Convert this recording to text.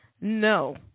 No